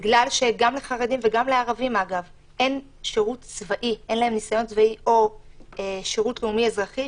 מכיוון שגם לחרדים וגם לערבים אין שירות צבאי או שירות לאומי אזרחי,